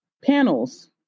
panels